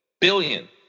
Billion